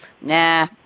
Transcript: Nah